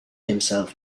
himself